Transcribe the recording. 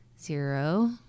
zero